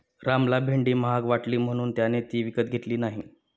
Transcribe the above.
रामला भेंडी महाग वाटली म्हणून त्याने ती विकत घेतली नाही